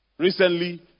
Recently